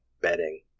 bedding